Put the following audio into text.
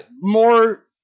More